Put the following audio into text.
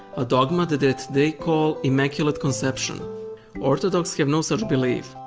a dogma that that they call immaculate conception orthodox have no such belief.